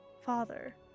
Father